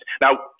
Now